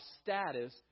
status